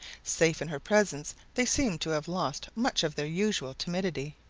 safe in her presence, they seemed to have lost much of their usual timidity.